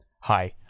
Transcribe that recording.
Hi